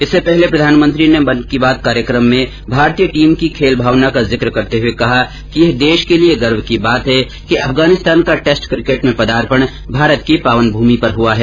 इससे पहले प्रधानमंत्री ने मनकी बात कार्यक्रम में भारतीय टीम की खेल भावना का जिक्र करते हुए कहा कि यह देश के लिए गर्व की बात है कि अफगानिस्तान का टेस्ट क्रिकेट में पदार्पण भारत की पावन भूमी पर हुआ है